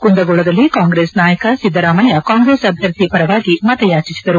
ಕುಂದಗೋಳದಲ್ಲಿ ಕಾಂಗ್ರೆಸ್ ನಾಯಕ ಸಿದ್ದರಾಮಯ್ಯ ಕಾಂಗ್ರೆಸ್ ಅಭ್ಯರ್ಥಿ ಪರವಾಗಿ ಮತಯಾಚಿಸಿದರು